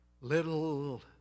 Little